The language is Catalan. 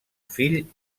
fill